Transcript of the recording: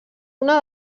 una